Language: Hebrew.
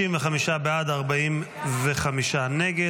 55 בעד, 45 נגד.